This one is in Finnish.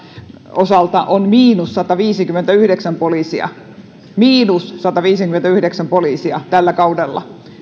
osalta on miinus sataviisikymmentäyhdeksän poliisia miinus sataviisikymmentäyhdeksän poliisia tällä kaudella